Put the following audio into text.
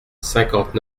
cinquante